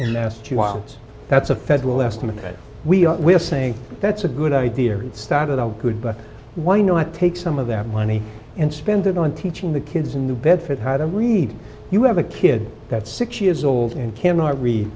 us that's a federal estimate we are we're saying that's a good idea or it started out good but why not take some of that money and spend it on teaching the kids in the bedford how to read you have a kid that's six years old and cannot read